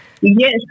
Yes